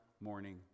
morning